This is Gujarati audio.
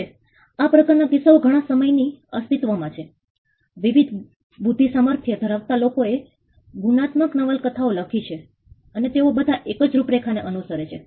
હવે આ પ્રકાર ના કિસ્સાઓ ઘણા સમય થી અસ્તિત્વ માં છે વિવિધ બુધ્ધિસામર્થ્ય ધરાવતા લોકોએ ગુનાત્મક નવલકથાઓ લખી છે અને તેઓ બધા એકજ રૂપરેખા ને અનુસરે છે